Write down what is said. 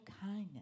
kindness